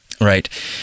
Right